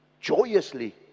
joyously